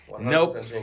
Nope